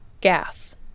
gas